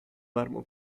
marmo